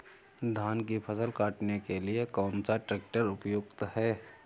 धान की फसल काटने के लिए कौन सा ट्रैक्टर उपयुक्त है?